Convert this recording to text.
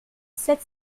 sept